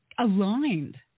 aligned